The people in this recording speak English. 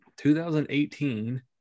2018